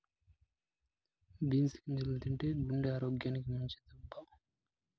beans గింజల్ని తింటే గుండె ఆరోగ్యానికి మంచిదటబ్బా